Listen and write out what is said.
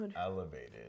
elevated